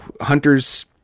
hunters